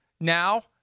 now